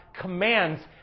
commands